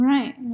Right